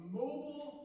mobile